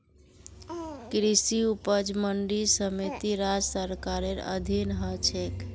कृषि उपज मंडी समिति राज्य सरकारेर अधीन ह छेक